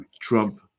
trump